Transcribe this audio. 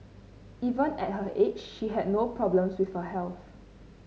even at her age she had no problems with her health